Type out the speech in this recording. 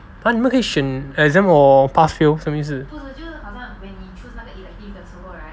!huh! 你们可以选 exam or pass fail 什么意思